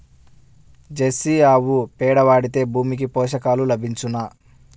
Jersey ఆవు పేడ వాడితే భూమికి పోషకాలు లభించునా?